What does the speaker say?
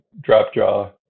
drop-jaw